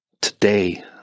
Today